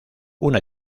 una